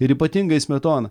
ir ypatingai smetona